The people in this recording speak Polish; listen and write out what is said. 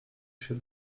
się